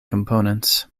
components